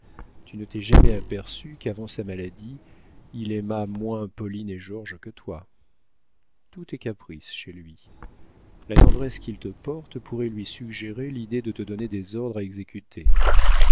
tu ne t'es jamais aperçu qu'avant sa maladie il aimât moins pauline et georges que toi tout est caprice chez lui la tendresse qu'il te porte pourrait lui suggérer l'idée de te donner des ordres à exécuter